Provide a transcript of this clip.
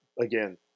again